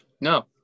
No